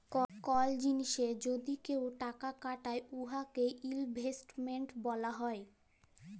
call জিলিসে যদি কেউ টাকা খাটায় উয়াকে ইলভেস্টমেল্ট ব্যলা হ্যয়